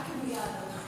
רק אם הוא יהלום.